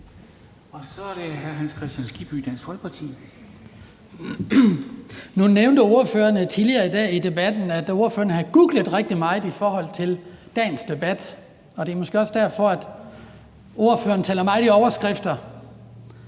Nu nævnte ordføreren tidligere i dag i debatten, at ordføreren havde googlet rigtig meget i forhold til dagens debat. Og det er måske også derfor, at ordføreren taler meget i overskrifter.